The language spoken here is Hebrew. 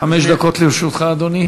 חמש דקות לרשותך, אדוני.